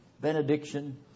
benediction